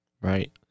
Right